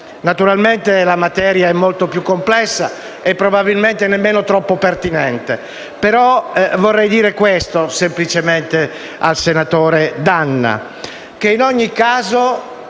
Naturalmente, la materia è molto più complessa, e probabilmente nemmeno troppo pertinente, però vorrei dire semplicemente al senatore D'Anna che in ogni caso